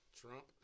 Trump